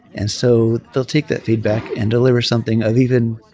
and so they'll take that feedback and deliver something of even